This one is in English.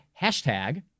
hashtag